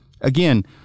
again